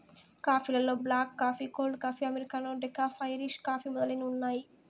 coffee లలో black coffee, cold coffee, americano, decaf, Irish coffee మొదలైనవి ఉన్నాయి